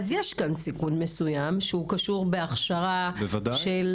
אז יש כאן סיכון מסוים שקשור בהכשרה מתאימה של